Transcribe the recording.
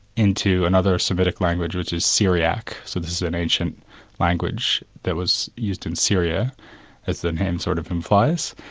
into another semitic language, which is syriac, so this is an ancient language that was used in syria as the name sort of implies,